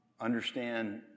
understand